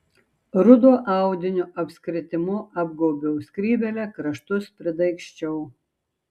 rudo audinio apskritimu apgaubiau skrybėlę kraštus pridaigsčiau